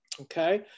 Okay